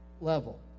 level